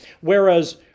Whereas